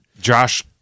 Josh